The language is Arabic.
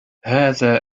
هذا